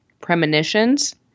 premonitions